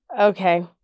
Okay